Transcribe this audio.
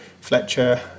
Fletcher